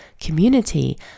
community